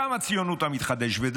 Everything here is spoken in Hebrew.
שם הציונות המתחדשת,